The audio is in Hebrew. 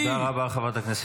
תודה רבה, חברת הכנסת לזימי.